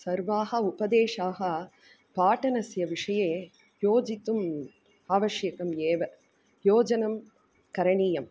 सर्वाः उपदेशाः पाठनस्य विषये योजितुम् आवश्यकम् एव योजनं करणीयम्